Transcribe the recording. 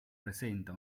presenta